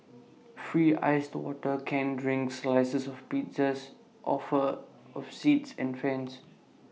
free iced water canned drinks slices of pizzas offer of seats and fans